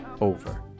over